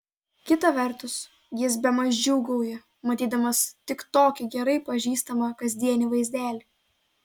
kita vertus jis bemaž džiūgauja matydamas tik tokį gerai pažįstamą kasdienį vaizdelį